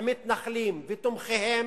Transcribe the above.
המתנחלים ותומכיהם,